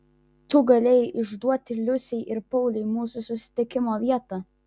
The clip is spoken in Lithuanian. tu galėjai išduoti liusei ir pauliui mūsų susitikimo vietą